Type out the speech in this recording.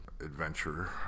adventure